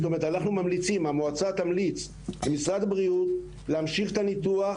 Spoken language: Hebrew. המועצה תמליץ למשרד הבריאות להמשיך את הניתוח